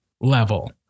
level